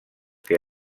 que